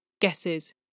guesses